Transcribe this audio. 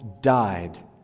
died